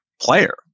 player